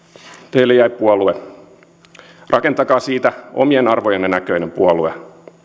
teille jäi puolue rakentakaa siitä omien arvojenne näköinen puolue